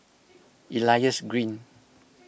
Elias Green